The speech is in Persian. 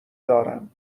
دارم